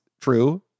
true